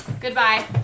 Goodbye